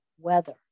weather